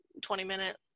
20-minute